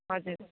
हजुर